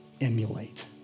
emulate